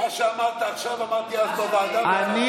מה שאמרת עכשיו, אמרתי אז בוועדה, אנחנו נורבגים?